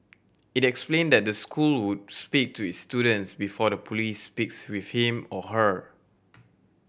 it explained that the school would speak to its student before the police speaks with him or her